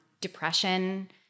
depression